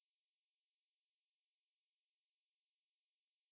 ya 我知道我也是有做过啦可是 like